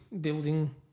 building